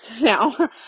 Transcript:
now